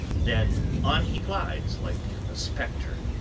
then on he glides like a specter,